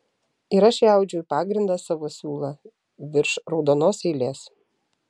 ir aš įaudžiau į pagrindą savo siūlą virš raudonos eilės